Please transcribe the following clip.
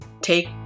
take